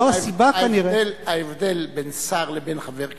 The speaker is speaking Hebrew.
זו הסיבה כנראה, ההבדל בין שר לבין חבר כנסת,